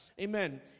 Amen